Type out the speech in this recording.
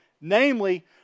namely